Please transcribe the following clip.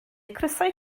crysau